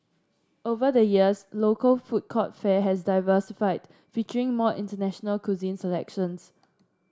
over the years local food court fare has diversified featuring more international cuisine selections